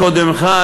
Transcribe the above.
לקודמך,